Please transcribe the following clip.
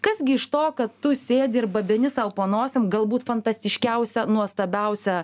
kas gi iš to kad tu sėdi ir babeni sau po nosim galbūt fantastiškiausią nuostabiausią